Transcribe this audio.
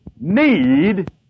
need